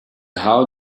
how